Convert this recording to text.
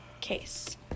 case